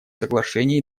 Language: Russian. соглашений